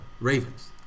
Ravens